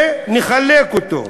ונחלק אותו: